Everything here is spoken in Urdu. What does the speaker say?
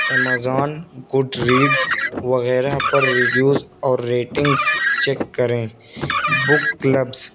امازون گڈ ریڈس وغیرہ پر ریویوز اور ریٹنگس چیک کریں بک کلبس